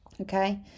okay